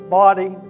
body